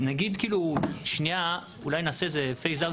נגיד כאילו שנייה אולי נעשה איזה פייז אאוט,